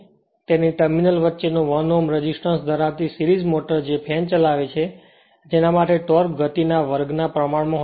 તેથી તેની ટર્મિનલ વચ્ચે નો 1Ω રેઝિસ્ટન્સ ધરાવતી સિરીજ મોટર જે ફેન ચલાવે છે જેના માટે ટોર્ક ખરેખર ગતિના વર્ગ ના પ્રમાણમાં હોય છે